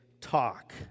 talk